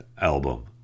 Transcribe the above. album